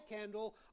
candle